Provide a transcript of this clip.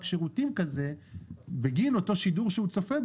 שירותים כזה בגין אותו שידור בו הוא צופה,